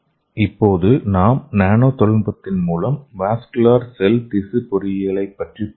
இப்போது நாம் நானோ தொழில்நுட்பத்தின் மூலம் வாஸ்குலர் செல் திசு பொறியியலைப்பற்றிப் பார்ப்போம்